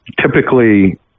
typically